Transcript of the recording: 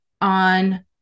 on